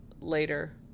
later